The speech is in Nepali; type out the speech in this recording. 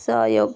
सहयोग